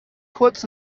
kurz